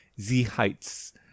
Z-Heights